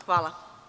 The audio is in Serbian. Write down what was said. Hvala.